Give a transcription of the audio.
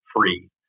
free